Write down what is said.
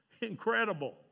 incredible